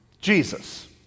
Jesus